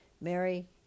Mary